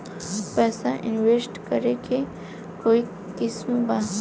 पैसा इंवेस्ट करे के कोई स्कीम बा?